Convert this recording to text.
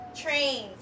Trains